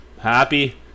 Happy